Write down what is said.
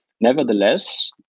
Nevertheless